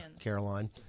Caroline